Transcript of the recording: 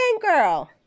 girl